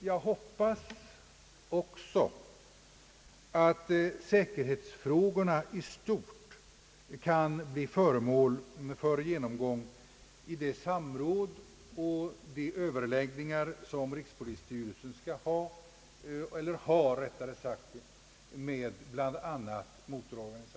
Jag hoppas till sist att säkerhetsfrågorna i stort kan bli föremål för genomgång vid det samråd och de överläggningar som rikspolisstyrelsen bl.a. har med motororganisationerna.